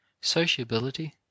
sociability